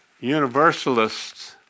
universalists